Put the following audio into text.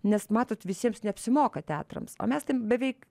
nes matot visiems neapsimoka teatrams o mes ten beveik